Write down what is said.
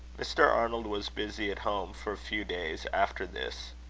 mr. arnold was busy at home for a few days after this,